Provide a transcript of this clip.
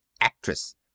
actress